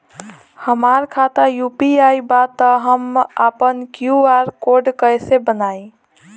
हमार खाता यू.पी.आई बा त हम आपन क्यू.आर कोड कैसे बनाई?